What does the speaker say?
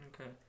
okay